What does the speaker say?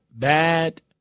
Bad